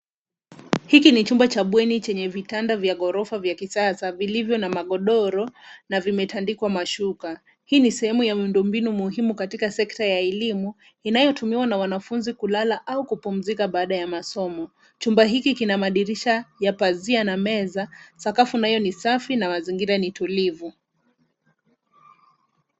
Hiki ni chumba cha bweni chenye vitanda vya ghorofa vya kisasa vilivyo na magodoro na vimetandikwa mashuka. Hii ni sehemu ya miundo mbinu katika sekta ya elimu inayotumiwa na wanafunzi kulala au kupumzika baada ya masomo. Chumba hiki kina madirisha ya pazia na meza. Sakafu nayo ni safi na mazingira ni tulivu.